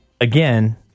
again